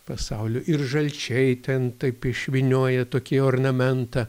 pasaulio ir žalčiai ten taip išvynioja tokį ornamentą